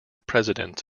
president